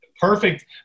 perfect